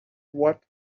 what